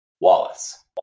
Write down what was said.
Wallace